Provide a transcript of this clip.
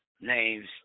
Names